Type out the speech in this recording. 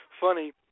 funny